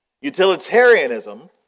utilitarianism